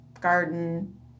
garden